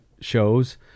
shows